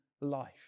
life